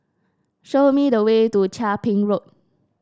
show me the way to Chia Ping Road